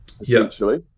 essentially